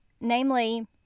Namely